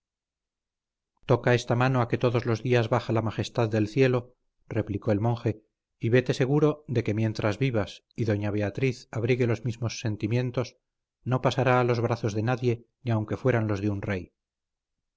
toca esta mano a que todos los días baja la majestad del cielo replicó el monje y vete seguro de que mientras vivas y doña beatriz abrigue los mismos sentimientos no pasará a los brazos de nadie ni aunque fueran los de un rey